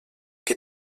que